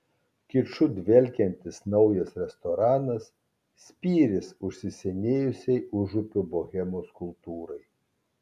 kiču dvelkiantis naujas restoranas spyris užsisenėjusiai užupio bohemos kultūrai